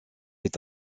est